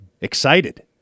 excited